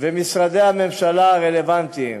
ומשרדי הממשלה הרלוונטיים.